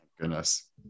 Goodness